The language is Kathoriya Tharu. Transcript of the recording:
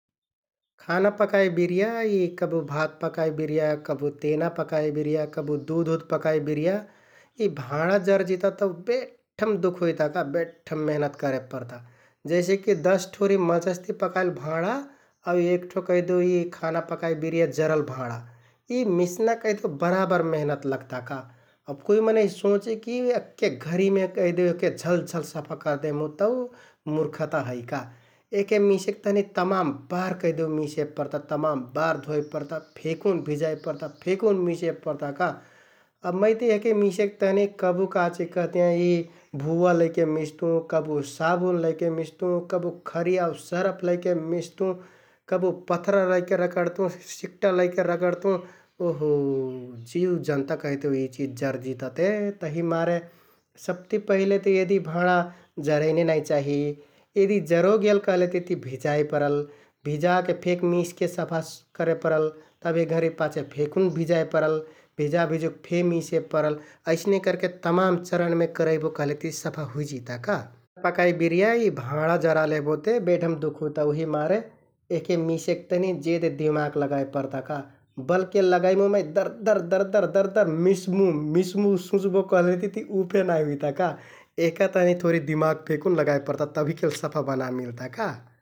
खाना पकाइ बिरिया, यि कबु भात पकाइ बिरिया, कबु तेना पकाइ बिरिया, कबु दुधउध पकाइ बिरिया यि भाँडा जरजिता तौ बेड्‍ढम दुख हुइता का, बेड्‍ढम मेहनत करे परता । जैसेकि दश थोरि मजसतिति पकाइ भाँडा आउ एक ठो कैहदेउ यि खाना पकाइ बिरिया जरल भाँडा यि मिस्‍ना कैहदेउ बराबर मेहनत लगता का । अब कुइ मनैं सोंचि कि अक्के घरिमे कैहदेउ एहके झलझल सफा करदेहमुँ तौ मुर्खता है का, एहके मिसेक तहनि तमाम बार कैहदेउ मिसे परता, तमाम बार धोइ परता फेकुन भिजाइ परता फेकुन मिसे परता का । अब मै ते यहके मिसेक तहनि कबु काचिकहतियाँ यि भुवा लैके मिस्तुँ, कबु साबुन लैके मिस्तुँ, कबु खरि आउ सरफ लैके मिस्तुँ, कबु पथरा लैके रगड्तुँ, सिक्टा लैके रगड्‍तुँ । ओहो जिउ जन्ता कहिदेउ यि चिज जरजिता ते तहिमारे सबति पहिले ते यदि भाँडा जरैनें नाइ चाहि । यदि जरो गेल कहलेतिति भिजाइ परल । भिजाके फेक मिसके सफा करे परल, तब एक घरि पाछे फेकुन भिजाइ परल, भिजाभुजुक फे मिसे परल । अइसने करके तमाम चरणमे करैबो कहलेति सफा हुइजिता का । पकाइ बिरिया यि भाँडा जरा लहबो ते बेढम दुख हुइता उहिमारे यहके मिसेक तहनि जेदे दिमाक लगाइ परता का । बलकेल लगाइमुँ मै दरदर दरदर दरदर मिस्मुँ, मिस्मुँ सुँच्बो कहलेतिति उ फे नाइ हुइता का, यहका तहनि थोरि दिमाक फेकुन लगाइ परता तभिकेल सफा बना मिलता का ।